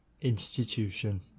institution